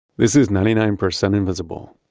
this is ninety nine percent invisible.